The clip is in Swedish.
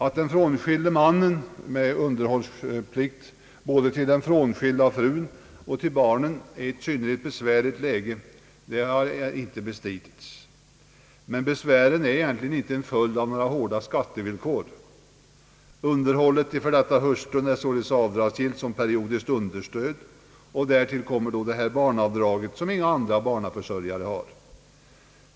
Att den frånskilde mannen med underhållsplikt både till den frånskilda frun och till barnen är i ett synnerligen besvärligt läge har inte bestridits. Men besvärligheterna är egentligen inte en följd av några hårda skattevillkor. Underhållet till den före detta hustrun är således avdragsgillt som periodiskt understöd, och därtill kommer detta avdrag på 1000 kronor som inga andra barnaförsörjare har.